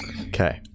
okay